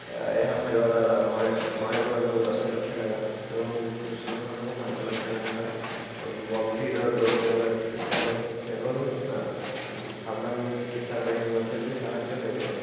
ଏହା କରିବା ଦ୍ୱାରା ମହିଳାମାନଙ୍କୁ ଦଶ ଲକ୍ଷ ଟଙ୍କା ଏବଂ ପୁରୁଷ ଲୋକମାନଙ୍କୁ ପାଞ୍ଚ ଲକ୍ଷ ଟଙ୍କା ଗମ୍ଭୀର ରୋଗର ଚିକିତ୍ସା ପାଇଁ ଏବଂ ସାମାନ୍ୟ ଚିକିତ୍ସା ପାଇଁ ମଧ୍ୟ ବି ସାହାଯ୍ୟ ହୋଇଥାଏ